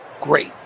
great